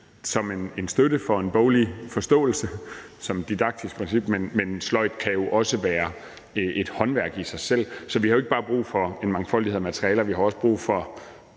som en støtte i forhold til en boglig forståelse, som didaktisk princip, men sløjd kan jo også være et håndværk i sig selv. Så vi har jo ikke bare brug for en mangfoldighed af materialer, vi har også brug for